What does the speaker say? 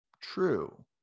true